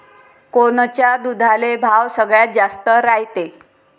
कोनच्या दुधाले भाव सगळ्यात जास्त रायते?